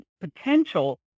potential